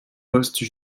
poste